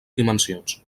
dimensions